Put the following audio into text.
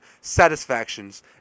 satisfactions